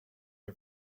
are